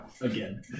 Again